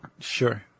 Sure